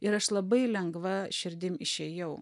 ir aš labai lengva širdim išėjau